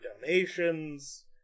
donations